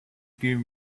give